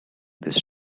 this